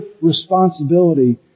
responsibility